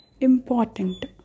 important